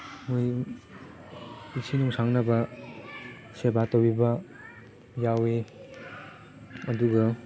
ꯃꯣꯏ ꯄꯨꯟꯁꯤ ꯅꯨꯡꯁꯥꯡꯅꯕ ꯁꯦꯕꯥ ꯇꯧꯕꯤꯕ ꯌꯥꯎꯏ ꯑꯗꯨꯒ